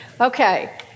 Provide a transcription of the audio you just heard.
Okay